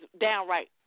downright